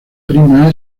prima